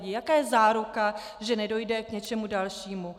Jaká je záruka, že nedojde k něčemu dalšímu?